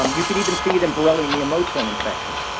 um you can even see it in borrelia miyamotoi infection.